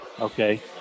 Okay